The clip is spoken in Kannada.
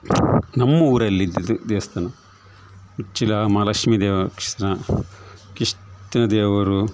ನಮ್ಮ ಊರಲ್ಲಿದಿದ್ದು ದೇವಸ್ಥಾನ ಉಚ್ಚಿಲ ಮಹಾಲಕ್ಷ್ಮಿ ದೇವ ಕೃಷ್ಣ ಕೃಷ್ಣ ದೇವರು